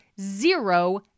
zero